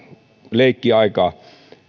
leikkiaikaansa